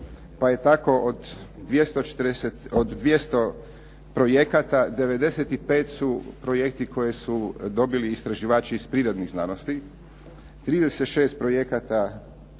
pa je tako od 200 projekata 95 su projekti koje su dobili istraživači iz prirodnih znanosti, 36 projekata